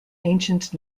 ancient